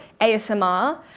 ASMR